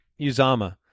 Uzama